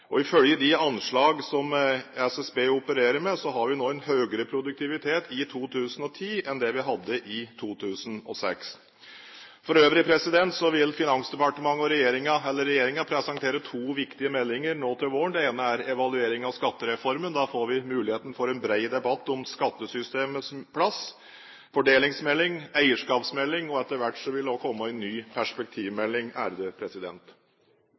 Ifølge de anslag som SSB opererer med, har vi nå en høyere produktivitet i 2010 enn vi hadde i 2006. For øvrig vil regjeringen presentere flere viktige meldinger nå til våren. Den ene er evalueringen av skattereformen. Da får vi muligheten for en bred debatt om skattesystemets plass. Dessuten kommer fordelingsmelding, eierskapsmelding, og etter hvert vil det også komme en ny perspektivmelding.